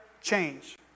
Change